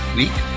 week